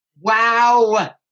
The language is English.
Wow